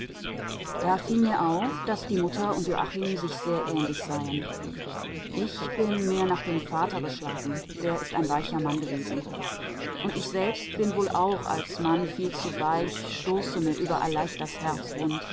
da fiel mir auf daß die mutter und joachim sich sehr ähnlich seien ich bin mehr nach dem vater geschlagen der ist ein weicher mann gewesen und ich selbst bin wohl auch als mann viel zu weich stoße mir überall leicht das herz